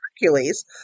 Hercules